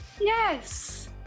yes